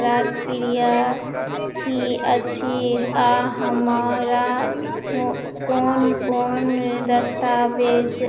प्रक्रिया की अछि आ हमरा कोन कोन दस्तावेज